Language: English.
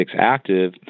Active